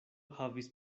havis